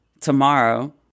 tomorrow